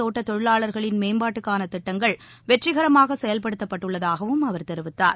தோட்ட தொழிலாளர்களின் மேம்பாட்டுக்கான திட்டங்கள் தேயிலை வெற்றிகரமாக செயல்படுத்தப்பட்டுள்ளதாகவும் அவர் தெரிவித்தார்